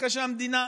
אחרי שהמדינה,